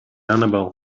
annabelle